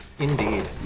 Indeed